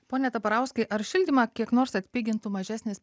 pone taparauskai ar šildymą kiek nors atpigintų mažesnis